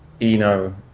Eno